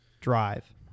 drive